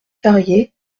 carriers